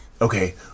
okay